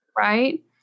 Right